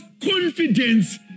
confidence